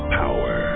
power